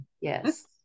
Yes